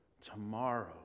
Tomorrow